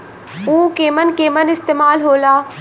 उव केमन केमन इस्तेमाल हो ला?